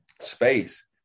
space